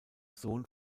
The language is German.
sohn